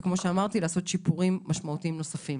וכמו שאמרתי, לעשות שיפורים משמעותיים נוספים.